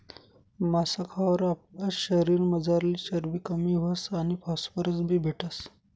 मासा खावावर आपला शरीरमझारली चरबी कमी व्हस आणि फॉस्फरस बी भेटस